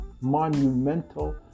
monumental